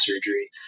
surgery